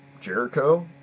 Jericho